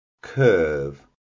Curve